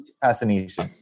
fascination